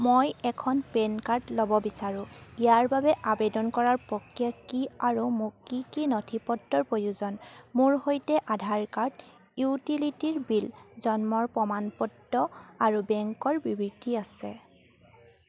মই এখন PAN card ল'ব বিচাৰোঁ ইয়াৰ বাবে আবেদন কৰাৰ প্ৰক্ৰিয়া কি আৰু মোক কি কি নথিপত্ৰৰ প্ৰয়োজন মোৰ সৈতে আধাৰ কাৰ্ড ইউটিলিটিৰ বিল জন্ম প্ৰমাণপত্ৰ আৰু বেংকৰ বিবৃতি আছে